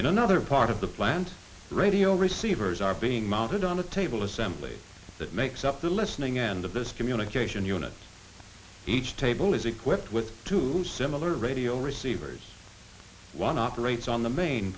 in another part of the plant the radio receivers are being mounted on a table assembly that makes up the listening end of this communication units each table is equipped with two similar radio receivers one operates on the main